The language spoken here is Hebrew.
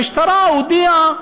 המשטרה הודיעה